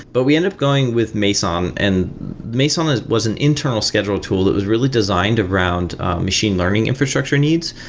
but we ended up going with meson, and meson was an internal scheduler tool that was really designed around machine learning infrastructure needs.